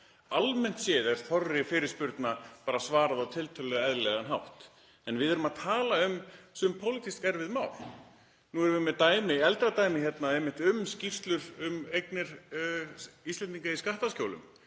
Almennt séð er þorra fyrirspurna bara svarað á tiltölulega eðlilegan hátt en við erum að tala um sum pólitísk erfið mál. Nú erum við með eldra dæmi einmitt um skýrslur um eignir Íslendinga í skattaskjólum